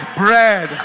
bread